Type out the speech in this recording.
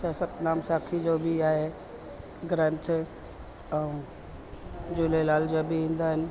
त सतनाम साखी जो बि आहे ग्रंथ ऐं झूलेलाल जो बि ईंदा आहिनि